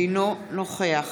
אינו נוכח